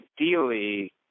ideally